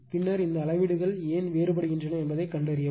பின்னர் இந்த அளவீடுகள் ஏன் வேறுபடுகின்றன என்பதைக் கண்டறியவும்